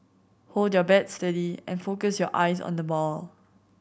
hold your bat steady and focus your eyes on the ball